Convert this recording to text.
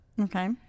okay